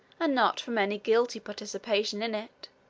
and not from any guilty participation in it.